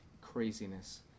Craziness